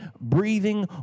breathing